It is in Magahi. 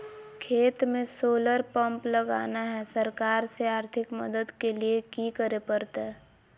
खेत में सोलर पंप लगाना है, सरकार से आर्थिक मदद के लिए की करे परतय?